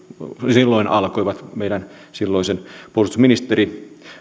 alkoivat meidän silloisen puolustusministerimme